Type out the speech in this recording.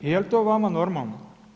Jel to vama normalno?